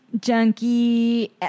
junkie